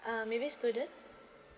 uh maybe student